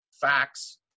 facts